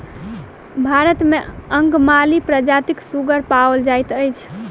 भारत मे अंगमाली प्रजातिक सुगर पाओल जाइत अछि